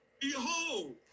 Behold